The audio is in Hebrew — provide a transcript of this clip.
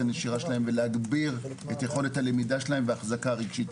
הנשירה שלהם ולהגביר את יכולת הלמידה שלהם והחזקה רגשית.